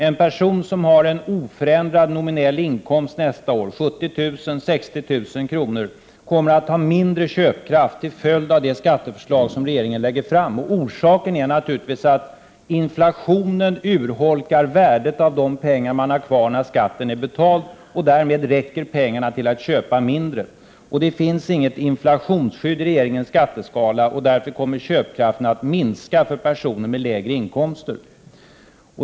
En person som har en oförändrad nominell inkomst nästa år, 70 000, 60 000 kr., kommer att ha mindre köpkraft till följd av det skatteförslag som regeringen lägger fram. Orsaken därtill är naturligtvis att inflationen urholkar värdet av de pengar man har kvar när skatten är betald. Därmed räcker pengarna till att köpa mindre. Det finns inget inflationsskydd i regeringens skatteskala. Därför kommer köpkraften att minska för personer med lägre inkomster.